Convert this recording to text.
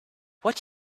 what